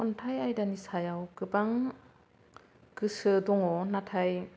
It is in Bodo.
खन्थाइ आयदानि सायाव गोबां गोसो दङ नाथाय